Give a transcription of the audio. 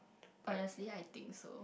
honestly I think so